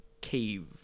cave